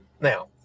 Now